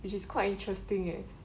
which is quite interesting eh